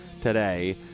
today